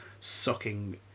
sucking